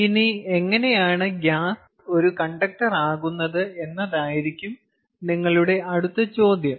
ഇനി എങ്ങനെയാണ് ഗ്യാസ് ഒരു കണ്ടക്ടറാകുന്നത് എന്നതാണ് നിങ്ങളുടെ അടുത്ത ചോദ്യം